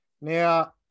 Now